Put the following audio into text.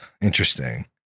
interesting